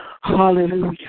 Hallelujah